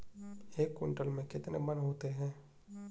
एक क्विंटल में कितने मन होते हैं?